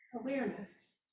awareness